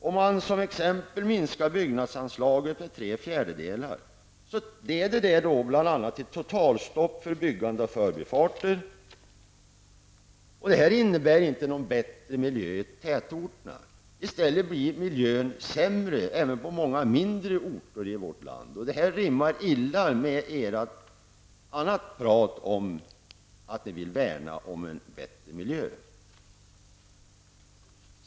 Om man t.ex. minskar byggnadsanslaget med tre fjärdedelar så leder det bl.a. till totalstopp för byggande av förbifarter. Det leder inte till bättre miljö i tätorterna, i stället blir miljön sämre även på många mindre orter i vårt land. Det här rimmar illa med ert tal om att ni vill värna om en bättre miljö.